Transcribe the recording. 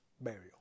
burial